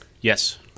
Yes